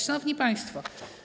Szanowni Państwo!